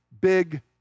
big